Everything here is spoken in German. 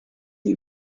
sie